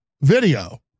video